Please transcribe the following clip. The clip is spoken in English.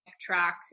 track